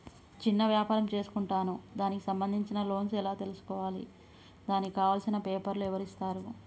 చిన్న వ్యాపారం చేసుకుంటాను దానికి సంబంధించిన లోన్స్ ఎలా తెలుసుకోవాలి దానికి కావాల్సిన పేపర్లు ఎవరిస్తారు?